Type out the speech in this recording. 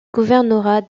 gouvernorat